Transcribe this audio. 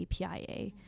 APIA